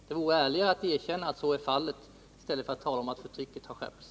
Det vore ärligare att erkänna att så är fallet i stället för att tala om att förtrycket har skärpts.